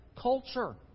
culture